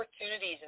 opportunities